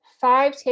Five